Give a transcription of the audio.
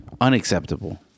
Unacceptable